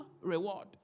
reward